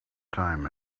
time